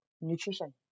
nutrition